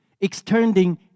extending